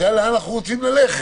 השאלה לאן אנחנו רוצי םללכת.